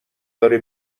داره